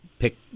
Pick